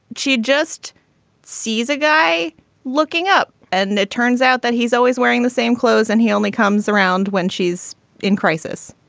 she just sees a guy looking up and it turns out that he's always wearing the same clothes and he only comes around when she's in crisis